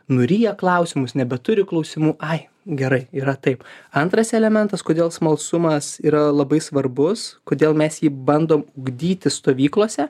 nuryja klausimus nebeturi klausimų ai gerai yra taip antras elementas kodėl smalsumas yra labai svarbus kodėl mes jį bandom ugdyti stovyklose